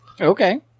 Okay